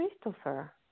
Christopher